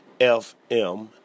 FM